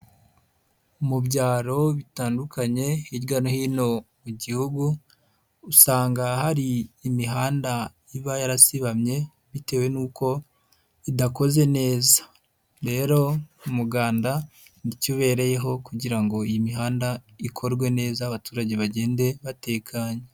Mu byaro bitandukanye hirya no hino mu gihugu, usanga hari imihanda iba yarazibamye bitewe nuko idakoze neza, rero umuganda nicyo ubereyeho kugira ngo iyi mihanda ikorwe neza abaturage bagende batekanye.